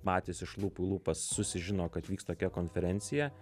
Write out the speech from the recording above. patys iš lūpų į lūpas susižino kad vyks tokia konferencija